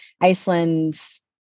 Iceland's